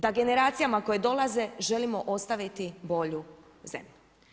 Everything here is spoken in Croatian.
Da generacijama koje dolaze želimo ostaviti bolju zemlju.